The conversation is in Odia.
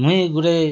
ମୁଇଁ ଗୁଟେ